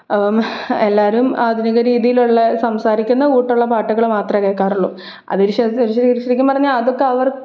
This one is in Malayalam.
എല്ലാവരും ആധുനിക രീതിയിലുള്ള സംസാരിക്കുന്ന കൂട്ടുള്ള പാട്ടുകള് മാത്രേ കേള്ക്കാറുള്ളൂ അത് ശരിക്ക് ശരിക്ക് ശരിക്കും പറഞ്ഞാല് അതൊക്കെ